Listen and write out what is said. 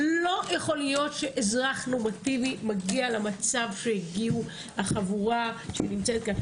שאזרח נורמטיבי מגיע למצב שהגיעו פה החבורה שנמצאת כאן.